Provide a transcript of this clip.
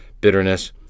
bitterness